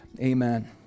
Amen